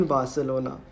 Barcelona